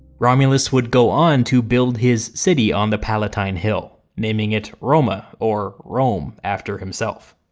romulus would go on to build his city on the palatine hill naming it roma or rome after himself.